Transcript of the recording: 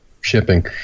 Shipping